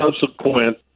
subsequent